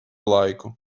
laiku